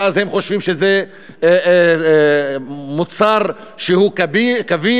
ואז הם חושבים שזה מוצר שהוא קביל,